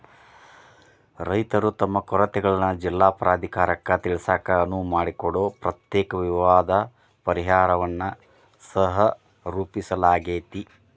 ರೈತರು ತಮ್ಮ ಕೊರತೆಗಳನ್ನ ಜಿಲ್ಲಾ ಪ್ರಾಧಿಕಾರಕ್ಕ ತಿಳಿಸಾಕ ಅನುವು ಮಾಡಿಕೊಡೊ ಪ್ರತ್ಯೇಕ ವಿವಾದ ಪರಿಹಾರನ್ನ ಸಹರೂಪಿಸಲಾಗ್ಯಾತಿ